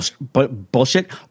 bullshit